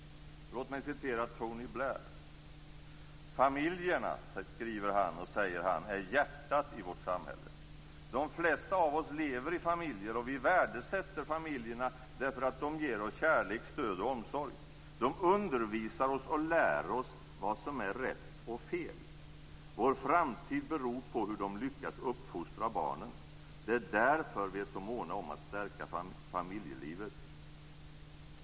Låt mig återge Tony Blair: Familjerna är hjärtat i vårt samhälle. De flesta av oss lever i familjer och vi värdesätter dem därför att de ger oss kärlek, stöd och omsorg. De undervisar oss och lär oss vad som är rätt och fel. Vår framtid beror på hur de lyckas uppfostra barnen. Det är därför vi är så måna om att stärka familjelivet.